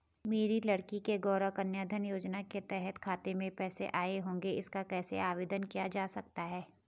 मेरी लड़की के गौंरा कन्याधन योजना के तहत खाते में पैसे आए होंगे इसका कैसे आवेदन किया जा सकता है?